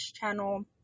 channel